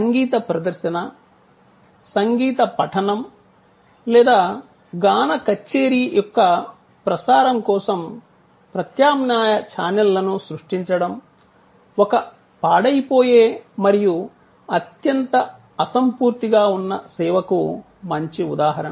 సంగీత ప్రదర్శన సంగీత పఠనం లేదా గాన కచ్చేరి యొక్క ప్రసారం కోసం ప్రత్యామ్నాయ ఛానెల్లను సృష్టించడం ఒక పాడైపోయే మరియు అత్యంత అసంపూర్తిగా ఉన్న సేవకు మంచి ఉదాహరణ